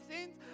sins